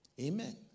Amen